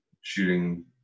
shooting